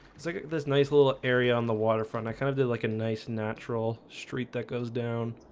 it's like this nice little area on the waterfront i kind of did like a nice natural street that goes down